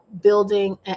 building